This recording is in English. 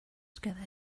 together